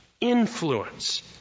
influence